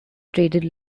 traded